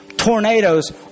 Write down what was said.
tornadoes